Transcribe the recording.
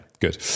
good